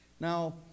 now